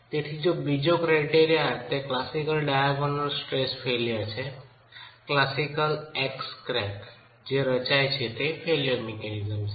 તેથી જો બીજો ક્રાયટેરિયા કે તે ક્લાસિકલ ડાયાગોનલ સ્ટ્રેસ ફેઇલ્યર છે ક્લાસિકલ x ક્રેક જે રચાય છે તે ફેઇલ્યર મિકેનિઝમ છે